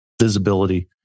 visibility